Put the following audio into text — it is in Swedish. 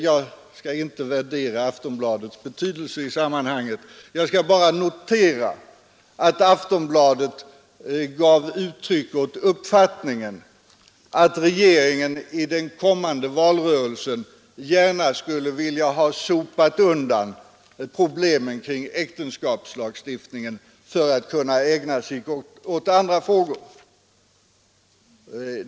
Jag skall inte värdera Aftonbladets betydelse i sammanhanget utan noterar bara att tidningen gav uttryck åt uppfattningen att regeringen i den kommande valrörelsen gärna skulle vilja ha sopat undan problemen kring äktenskapslagstiftningen för att kunna ägna sig åt andra frågor.